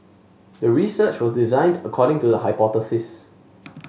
the research was designed according to the hypothesis